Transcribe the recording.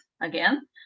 again